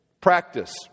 practice